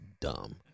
dumb